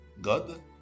God